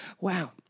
Wow